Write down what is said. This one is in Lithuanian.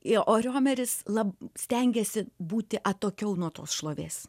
jo o riomeris lab stengėsi būti atokiau nuo tos šlovės